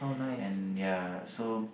and ya so